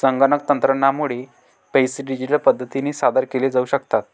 संगणक तंत्रज्ञानामुळे पैसे डिजिटल पद्धतीने सादर केले जाऊ शकतात